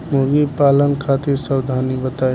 मुर्गी पालन खातिर सावधानी बताई?